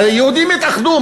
שהיהודים יתאחדו,